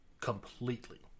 completely